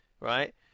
right